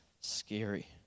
scary